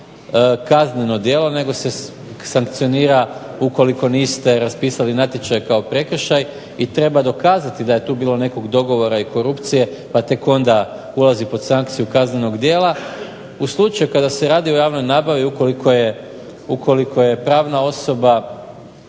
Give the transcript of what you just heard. kazneno djelo nego se sankcionira ukoliko niste raspisali natječaj kao prekršaj i treba dokazati da je tu bilo nekog dogovora i korupcije pa tek onda ulazi pod sankciju kaznenog djela. U slučaju kada se radi o javnoj nabavi ukoliko je pravna osoba